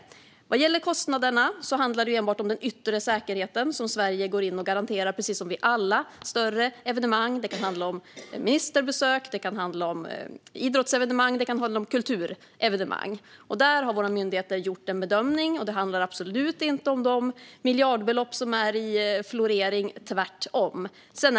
När det gäller kostnaderna är det enbart den yttre säkerheten som Sverige går in och garanterar, precis som vid alla större evenemang - det kan handla om ministerbesök, idrottsevenemang eller kulturevenemang. Där har våra myndigheter gjort en bedömning. Det handlar absolut inte om de miljardbelopp som det nu florerar uppgifter om, tvärtom.